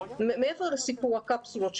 מעבר לסיפור הקפסולות,